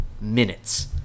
minutes